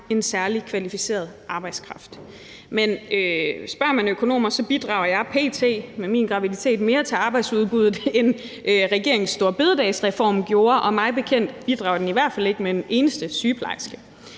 en særlig kvalificeret arbejdskraft. Men spørger man økonomer, bidrager jeg p.t. med min graviditet mere til arbejdsudbuddet, end regeringens storebededagsreform gjorde. Og mig bekendt bidrager den i hvert fald ikke med en eneste sygeplejerske.